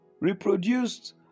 reproduced